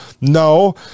No